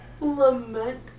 Lament